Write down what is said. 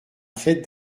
fête